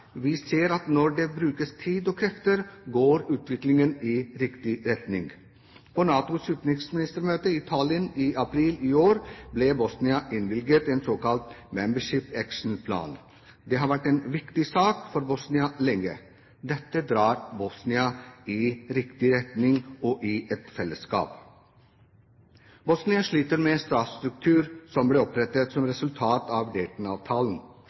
Vi ser at når det brukes tid og krefter, går utviklingen i riktig retning. På NATOs utenriksministermøte i Tallinn i april i år ble Bosnia innvilget en såkalt Membership Action Plan. Det har vært en viktig sak for Bosnia lenge. Dette drar Bosnia i riktig retning og inn i et fellesskap. Bosnia sliter med en statsstruktur som ble opprettet som resultat av